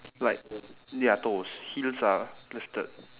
like ya toes heels are lifted